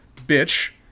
bitch